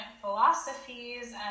philosophies